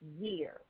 year